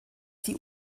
die